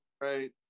right